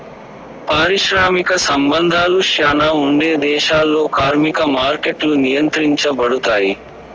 పారిశ్రామిక సంబంధాలు శ్యానా ఉండే దేశాల్లో కార్మిక మార్కెట్లు నియంత్రించబడుతాయి